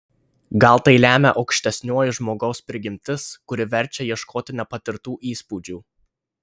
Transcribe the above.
gal tai lemia aukštesnioji žmogaus prigimtis kuri verčia ieškoti nepatirtų įspūdžių